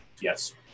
Yes